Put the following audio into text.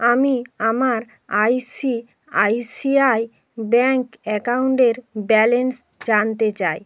আমি আমার ICICI bank অ্যাকাউন্ডের ব্যালেন্স জানতে চাই